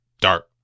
dark